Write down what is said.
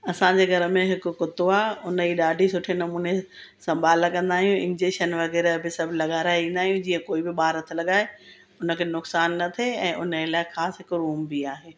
असांजे घर में हिकु कुतो आहे हुन जी ॾाढी सुठे नमूने संभाल कंदा आहियूं इंजैशन वग़ैरह बि सभु लगाराइ ईंदा आहियूं जीअं कोई बि ॿार हथ लॻाए हुनखे नुक़सानु न थिए ऐं उनजे लाइ ख़ासि हिकिड़ो रूम बि आहे